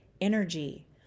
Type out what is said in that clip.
energy